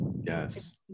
Yes